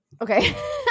okay